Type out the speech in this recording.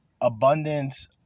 abundance